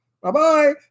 Bye-bye